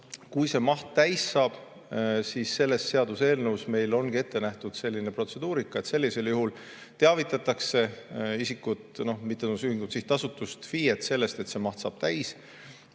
Kui see maht täis saab, siis selles seaduseelnõus on ette nähtud selline protseduurika, et sellisel juhul teavitatakse isikut, mittetulundusühingut, sihtasutust või FIE‑t sellest, et see maht saab täis